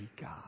god